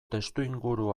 testuinguru